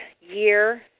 year